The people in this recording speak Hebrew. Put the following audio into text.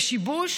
ושיבוש?